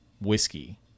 whiskey